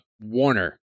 Warner